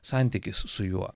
santykis su juo